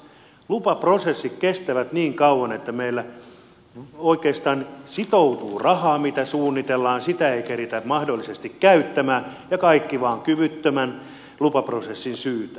lupaprosessit kestävät niin kauan että meillä oikeastaan sitoutuu rahaa mitä suunnitellaan sitä ei keritä mahdollisesti käyttämään ja kaikki vain kyvyttömän lupaprosessin syytä